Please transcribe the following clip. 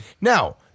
Now